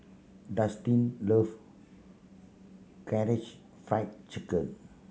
Dustin love Karaage Fried Chicken